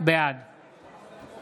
בעד